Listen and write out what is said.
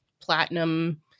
platinum